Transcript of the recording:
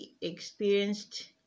experienced